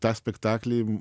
tą spektaklį